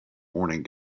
morning